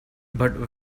but